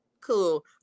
cool